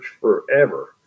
forever